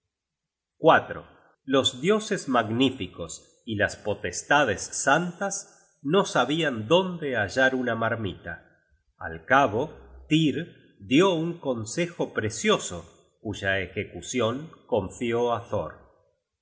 at los dioses magníficos y las potestades santas no sabian dónde hallar una marmita al cabo tyr dió un consejo precioso cuya ejecucion confió